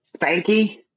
Spanky